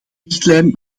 richtlijn